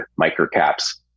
microcaps